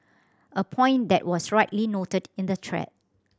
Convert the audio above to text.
a point that was rightly noted in the thread